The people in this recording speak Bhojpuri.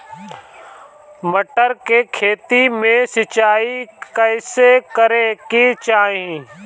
मटर के खेती मे सिचाई कइसे करे के चाही?